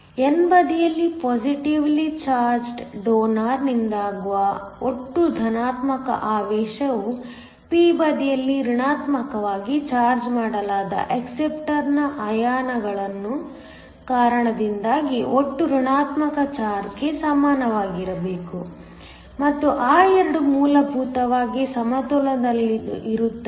n ಬದಿಯಲ್ಲಿ positively charged donor ನಿಂದಾಗುವ ಒಟ್ಟು ಧನಾತ್ಮಕ ಆವೇಶವು p ಬದಿಯಲ್ಲಿ ಋಣಾತ್ಮಕವಾಗಿ ಚಾರ್ಜ್ ಮಾಡಲಾದ ಅಕ್ಸಪ್ಟರ ಅಯಾನುಗಳ ಕಾರಣದಿಂದಾಗಿ ಒಟ್ಟು ಋಣಾತ್ಮಕ ಚಾರ್ಜ್ಗೆ ಸಮನಾಗಿರಬೇಕು ಮತ್ತು ಆ 2 ಮೂಲಭೂತವಾಗಿ ಸಮತೋಲಿತವಾಗಿರುತ್ತದೆ